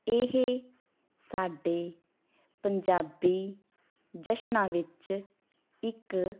ਇਹ ਸਾਡੇ ਪੰਜਾਬੀ ਜਸ਼ਨਾਂ ਵਿੱਚ ਇੱਕ